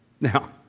Now